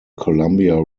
columbia